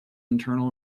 internal